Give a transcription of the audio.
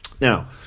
Now